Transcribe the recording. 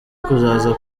kuzaza